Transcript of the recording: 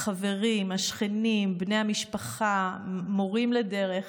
החברים, השכנים, בני המשפחה, מורים לדרך.